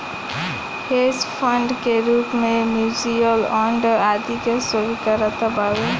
hedge fund के रूप में म्यूच्यूअल फंड आदि के स्वीकार्यता बावे